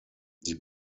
die